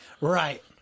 right